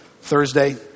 Thursday